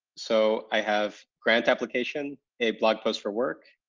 so i have grant application, a blog post for work,